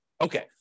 Okay